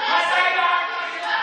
מעניין אותך רק שנאת ישראל.